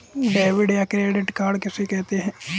Debit या credit card किसे कहते हैं?